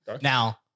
Now